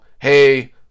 hey